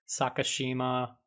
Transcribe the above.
sakashima